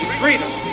freedom